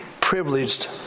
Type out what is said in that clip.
privileged